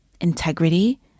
integrity